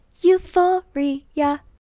Euphoria